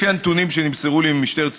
לפי הנתונים שנמסרו לי ממשטרת ישראל,